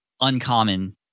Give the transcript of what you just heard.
uncommon